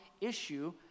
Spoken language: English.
issue